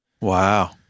Wow